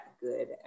good